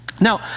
now